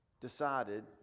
decided